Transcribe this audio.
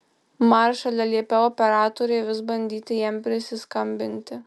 maršale liepiau operatoriui vis bandyti jam prisiskambinti